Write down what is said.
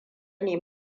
ne